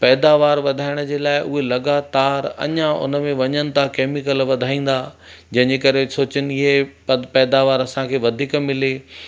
पैदावार वधाइण जे लाइ उहे लगातार अञा उन में वञनि था केमिकल वधाईंदा जंहिंजे करे सोचिनि इहे पद पैदावार असांखे वधीक मिले